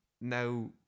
Now